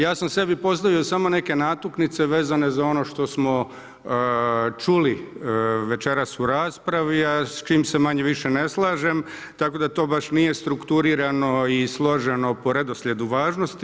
Ja sam sebi postavio samo neke natuknice vezano za ono što smo čuli večeras u raspravi, a s čime se manje-više ne slažem, tako da to baš nije strukturirano i složeno po redoslijedu važnosti.